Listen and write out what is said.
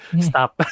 stop